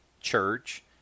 church